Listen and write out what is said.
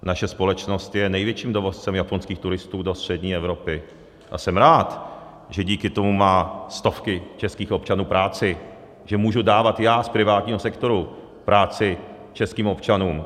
Naše společnost je největším dovozcem japonských turistů do střední Evropy a jsem rád, že díky tomu mají stovky českých občanů práci, že můžu dávat z privátního sektoru práci českým občanům.